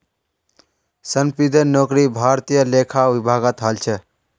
संदीपेर नौकरी भारतीय लेखा विभागत हल छ